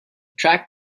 track